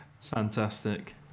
fantastic